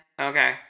Okay